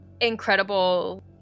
incredible